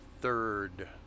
third